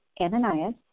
Ananias